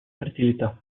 fertilità